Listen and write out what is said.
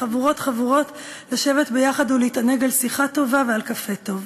לחבורות-חבורות לשבת יחד ולהתענג על שיחה טובה ועל קפה טוב.